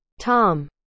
Tom